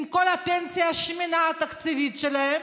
עם כל הפנסיה התקציבית השמנה שלהם?